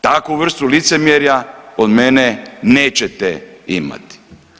Takvu vrstu licemjerja od mene nećete imati.